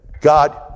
God